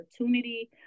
opportunity